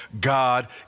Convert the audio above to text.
God